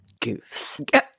Goofs